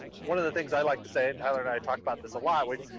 one of the things i like to say, and tyler and i talked about this a lot, like